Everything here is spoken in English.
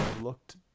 looked